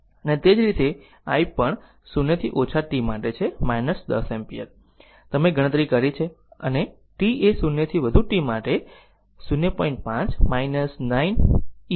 અને તે જ રીતે i પણ 0 થી ઓછા t માટે છે 10 એમ્પીયર તમે ગણતરી કરી છે અને t એ 0 થી વધુ માટે છે 0